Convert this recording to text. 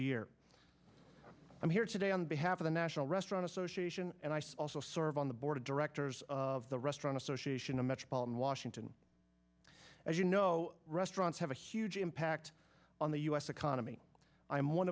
year i'm here today on behalf of the national restaurant association and i also serve on the board of directors of the restaurant association of metropolitan washington as you know restaurants have a huge impact on the u s economy i'm one